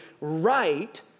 right